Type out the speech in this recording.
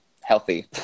healthy